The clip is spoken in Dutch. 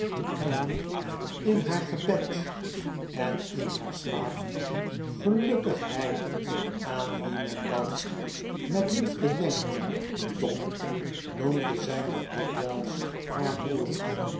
en in haar gebed en in haar slaap gelukkig hij aan wien men dan met liefde denkt tom noemde zij nog dikwijls haar broer